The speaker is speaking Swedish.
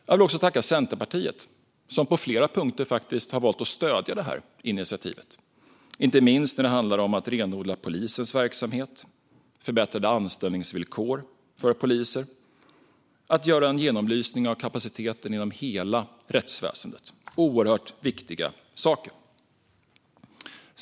Jag vill även tacka Centerpartiet, som på flera punkter har valt att stödja detta initiativ, inte minst när det handlar om att renodla polisens verksamhet, förbättra anställningsvillkoren för poliser och göra en genomlysning av kapaciteten inom hela rättsväsendet. Det är oerhört viktiga saker.